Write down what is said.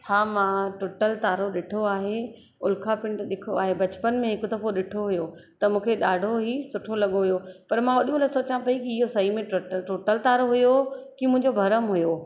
हा मां टुटल तारो ॾिठो आहे उल्कापिंड ॾिठो आहे बचपन में हिकु दफ़ो ॾिठो हुयो त मूंखे ॾाढो ई सुठो लॻो हुयो पर मां ओॾीमहिल सोचा पई कि इहो सही में टुटल टुटल तारो हुयो कि मुंहिंजो भरम हुयो